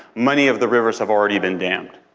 many of the rivers have already been dammed.